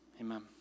Amen